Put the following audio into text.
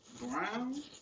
Brown